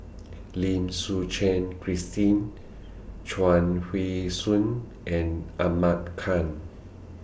Lim Suchen Christine Chuang Hui Tsuan and Ahmad Khan